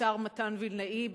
השר מתן וילנאי,